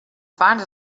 fans